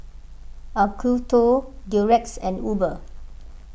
Acuto Durex and Uber